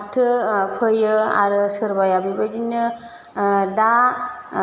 फाथो फोयो आरो सोरबाया बेबायदिनो दा